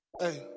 hey